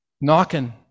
knocking